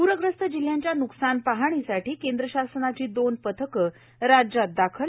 पूरग्रस्त जिल्ह्यांच्या नुकसान पाहणीसाठी केंद्र शासनाची दोन पथकं राज्यात दाखल